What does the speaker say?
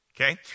Okay